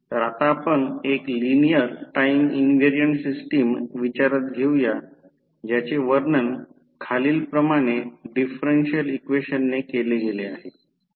तर आता आपण एक लिनिअर टाईम इंव्हेरिएंट सिस्टिम विचारात घेऊया ज्याचे वर्णन खालीलप्रमाणे डिफरेन्शिअल इक्वेशनने केले गेले आहे